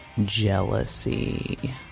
jealousy